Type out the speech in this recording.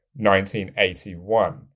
1981